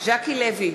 ז'קי לוי,